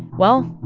well,